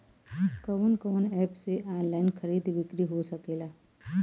कवन कवन एप से ऑनलाइन खरीद बिक्री हो सकेला?